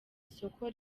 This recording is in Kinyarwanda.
isoko